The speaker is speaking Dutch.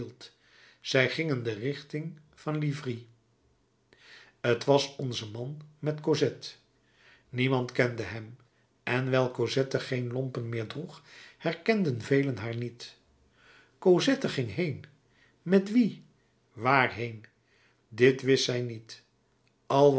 zij gingen in de richting van livry t was onze man met cosette niemand kende hem en wijl cosette geen lompen meer droeg herkenden velen haar niet cosette ging heen met wien waarheen dit wist zij niet